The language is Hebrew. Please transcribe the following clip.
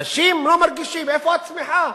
אנשים לא מרגישים, איפה הצמיחה?